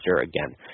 again